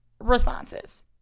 responses